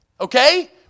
Okay